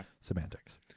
semantics